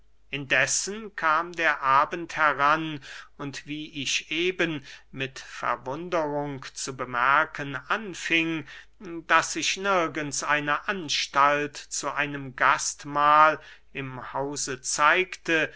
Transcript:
indessen kam der abend heran und wie ich eben mit verwunderung zu bemerken anfing daß sich nirgends eine anstalt zu einem gastmahl im hause zeigte